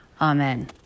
Amen